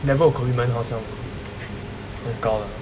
level of commitment 好像很高 lah